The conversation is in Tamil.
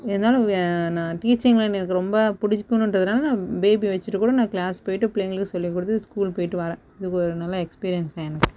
இருந்தாலும் நான் டீச்சிங் எனக்கு ரொம்ப பிடிக்குன்றதுனால நான் பேபியை வச்சுட்டு கூட நான் கிளாஸ் போயிட்டு பிள்ளைங்களுக்கு சொல்லிக்கொடுத்து ஸ்கூல் போயிட்டு வர்றேன் இது ஒரு நல்ல எக்ஸ்பீரியன்ஸ்தான் எனக்கு